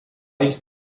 jis